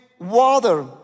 water